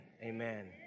amen